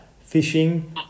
fishing